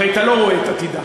הרי אתה לא רואה את עתידה,